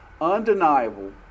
undeniable